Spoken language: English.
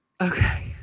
Okay